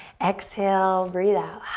exhale, breathe out.